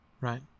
right